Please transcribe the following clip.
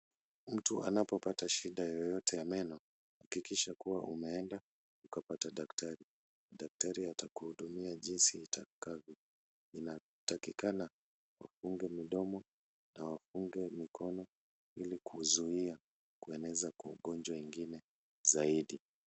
Mtu anapopata shida yoyote ya meno, hakikisha kuwa umeenda ukapata daktari. Daktari atakuudumia jinsi itakavyo. Unatakikana ufunge mdomo, na uunge wa mikono, ili kuzuia kueneza kwa ukonjo ingine zaidi.